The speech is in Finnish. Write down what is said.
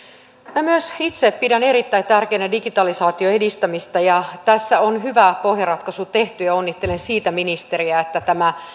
minä myös itse pidän erittäin tärkeänä digitalisaation edistämistä ja tässä on hyvä pohjaratkaisu tehty onnittelen siitä ministeriä että tämä